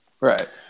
right